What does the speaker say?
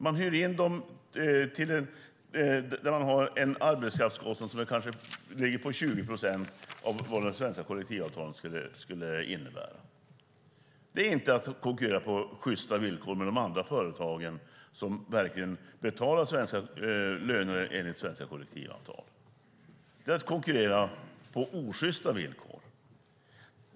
Man hyr in dem och har en arbetskraftskostnad som kanske ligger på 20 procent av vad de svenska kollektivavtalen skulle innebära. Det är inte att konkurrera på sjysta villkor med andra företag som verkligen betalar löner enligt svenska kollektivavtal. Det är att konkurrera på osjysta villkor.